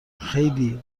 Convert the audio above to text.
خیلی